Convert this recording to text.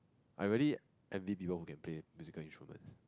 I really envy people who can pay musical instruments